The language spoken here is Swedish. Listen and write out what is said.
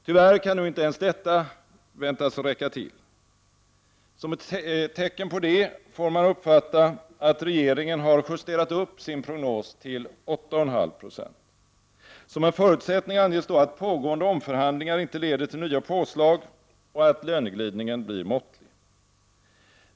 Tyvärr kan inte nu ens detta väntas räcka till. Som ett tecken härpå får man uppfatta att regeringen har justerat sin prognos upp till 8,5 20. Som en förutsättning för detta anges då att pågående omförhandlingar inte leder till nya påslag och att löneglidningen blir måttlig.